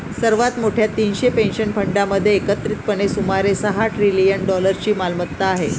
सर्वात मोठ्या तीनशे पेन्शन फंडांमध्ये एकत्रितपणे सुमारे सहा ट्रिलियन डॉलर्सची मालमत्ता आहे